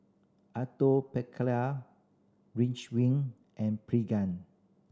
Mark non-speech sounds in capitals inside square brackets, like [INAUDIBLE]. Atopiclair [UNINTELLIGIBLE] and Pregan